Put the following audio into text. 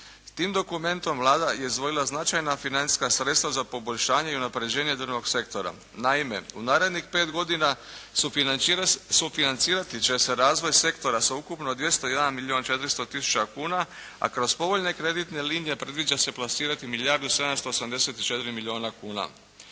tim dokumentom Vlada je izdvojila značajna financijska sredstva za poboljšanje i unapređenje drvnog sektora. Naime, u narednih 5 godina sufinancirati će razvoj sektora sa ukupno 201 milijun 400 tisuća kuna, a kroz povoljne kreditne lige predviđa se plasirati milijardu 784 milijuna kuna.